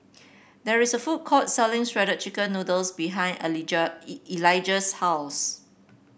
there is a food court selling Shredded Chicken Noodles behind Elijah's house